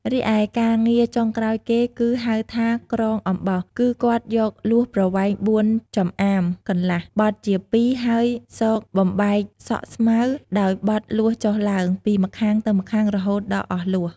រីឯការងារ ចុងក្រោយគេគឺ ហៅថាក្រងអំបោស គឺគាត់យកលួសប្រវែង៤ចម្អាមកន្លះ បត់ជា២ហើយសូកបំបែកសក់ស្មៅដោយបត់លួសចុះឡើង ពីម្ខាងទៅម្ខាងរហូតដល់អស់លួស។